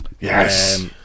Yes